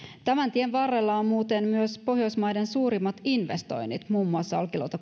tämän tien varrella on muuten myös pohjoismaiden suurimmat investoinnit muun muassa olkiluoto